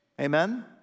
Amen